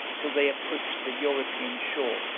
till they approached the european shore,